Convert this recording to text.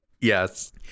Yes